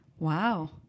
Wow